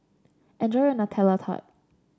enjoy your Nutella Tart